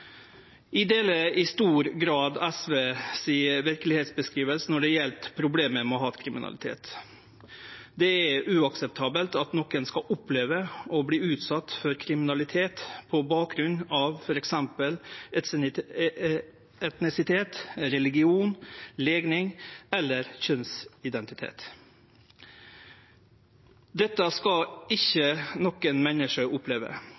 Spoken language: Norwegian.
Eg deler i stor grad verkelegheitsskildringa frå SV når det gjeld problemet med hatkriminalitet. Det er uakseptabelt at nokon skal oppleve å verte utsette for kriminalitet på bakgrunn av f.eks. etnisitet, religion, legning eller kjønnsidentitet. Dette skal ikkje noko menneske oppleve.